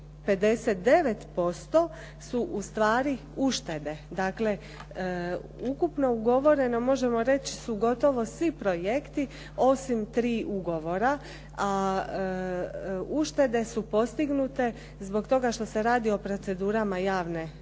8,59% su ustvari uštede. Dakle, ukupno ugovoreno možemo reći su gotovo svi projekti osim tri ugovora a uštede su postignute zbog toga što se radi o procedurama javne nabave